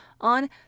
on